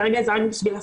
כרגע זה רק בשביל הפן.